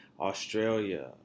australia